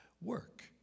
work